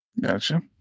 Gotcha